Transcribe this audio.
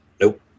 Nope